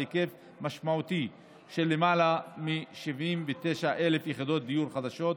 היקף משמעותי של למעלה מ-79,000 יחידות דיור חדשות,